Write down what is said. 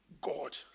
God